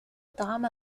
طعام